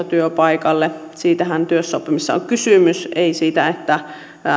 työpaikalle käytännössä opiskelemaan siitähän työssäoppimisessa on kysymys ei siitä että